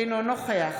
אינו נוכח